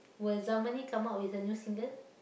will Zamani come out with a new single